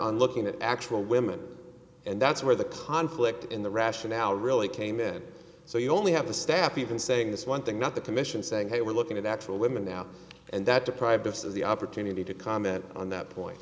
on looking at actual women and that's where the conflict in the rationale really came in so you only have the staff even saying this one thing not the commission saying hey we're looking at actual women now and that deprived us of the opportunity to comment on that point